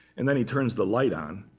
and then he turns the light on,